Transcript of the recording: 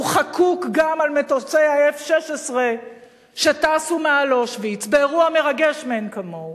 והוא חקוק גם על מטוסי ה-F-16 שטסו מעל אושוויץ באירוע מרגש מאין כמוהו.